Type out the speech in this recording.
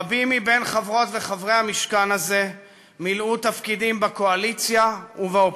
רבים מחברות וחברי המשכן הזה מילאו תפקידים בקואליציה ובאופוזיציה.